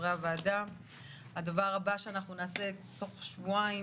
הדבר הבא שנעשה תוך שבועיים,